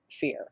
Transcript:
fear